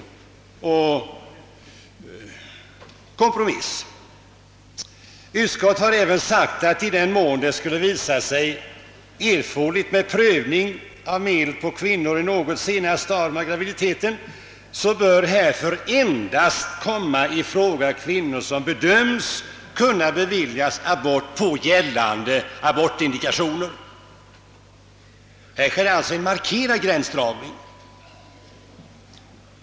| Utskottet har även uttalat att, i den mån det skulle visa sig erforderligt med prövning av medel på kvinnor i något senare stadium av graviditeten, bör härför endast komma i fråga kvinnor som bedöms kunna beviljas abort på gällande abortindikation. Härvidlag sker alltså en markerad avgränsning.